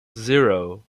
zero